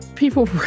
People